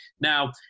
now